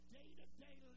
day-to-day